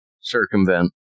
circumvent